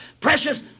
precious